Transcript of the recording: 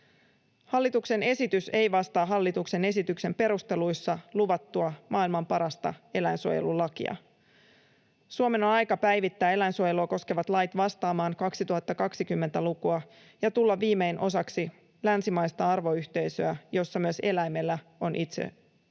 Hallituksen esitys ei vastaa hallituksen esityksen perusteluissa luvattua maailman parasta eläinsuojelulakia. Suomen on aika päivittää eläinsuojelua koskevat lait vastaamaan 2020-lukua ja tulla viimein osaksi länsimaista arvoyhteisöä, jossa myös eläimellä on itseis-arvo.